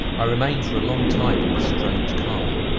i remained for a long time in this strange calm.